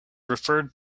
referred